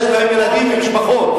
יש להם ילדים ומשפחות.